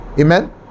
amen